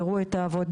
יראו את העבודה,